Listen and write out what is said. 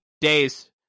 days